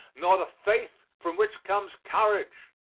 nor the faith from which comes courage.